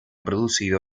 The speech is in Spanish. producido